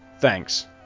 Thanks